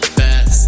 best